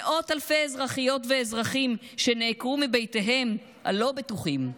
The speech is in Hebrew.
מאות אלפי אזרחיות ואזרחים שנעקרו מבתיהם הלא-בטוחים,